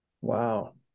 Wow